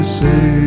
say